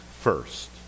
first